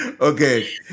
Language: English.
Okay